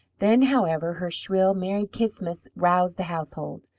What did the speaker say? then, however, her shrill, merry ch'is'mus! roused the household.